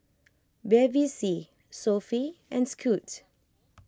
Bevy C Sofy and Scoot